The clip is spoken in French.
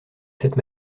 cette